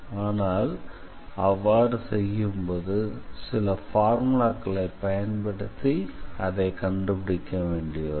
ஆனால் அவ்வாறு செய்யும் போது சில பார்முலாக்களை பயன்படுத்தி அதை கண்டுபிடிக்க வேண்டி வரும்